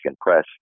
Press